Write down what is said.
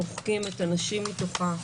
מוחקים את הנשים מתוכה.